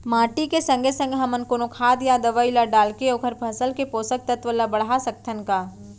माटी के संगे संग हमन कोनो खाद या दवई ल डालके ओखर फसल के पोषकतत्त्व ल बढ़ा सकथन का?